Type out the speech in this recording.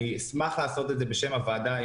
אשמח לעשות את זה בשם הוועדה,